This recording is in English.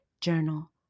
Journal